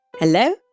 Hello